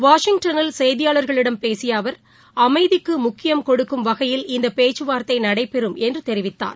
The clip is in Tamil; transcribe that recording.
வாஷிங்டனில் செய்தியாளர்களிடம் பேசிய அவர் அமைதிக்கு முக்கியம் கொடுக்கும் வகையில் இந்த பேச்சுவார்த்தை நடைபெறும் என்று தெரிவித்தார்